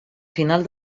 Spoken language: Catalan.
final